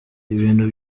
ibintu